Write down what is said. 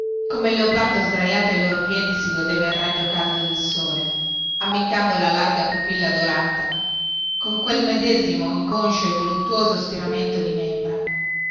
come il leopardo sdraiato ai loro piedi si godeva il raggio caldo del sole ammiccando la larga pupilla dorata con quel medesimo inconscio e voluttuoso stiramento di membra